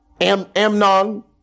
Amnon